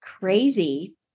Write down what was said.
crazy